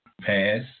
pass